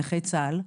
נכי צה"ל.